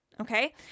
Okay